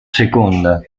seconda